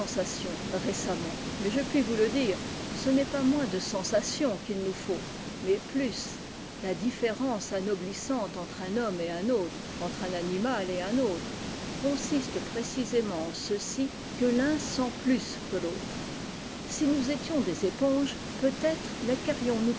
récemment mais je puis vous le dire ce n'est pas moins de sensations qu'il nous faut mais plus la différence anoblissante entre un homme et un autre entre un animal et un autre consiste précisément en ceci que l'un sent plus que l'autre si nous étions des éponges peut-être